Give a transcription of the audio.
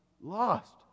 lost